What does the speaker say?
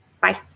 Bye